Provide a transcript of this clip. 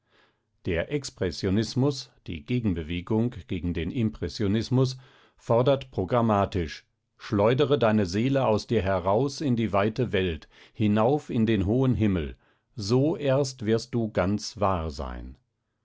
der expressionismus die gegenbewegung gegen den impressionismus fordert programmatisch schleudere deine seele aus dir heraus in die weite welt hinauf in den hohen himmel so erst wirst du ganz wahr sein